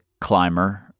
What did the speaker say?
climber